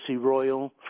Royal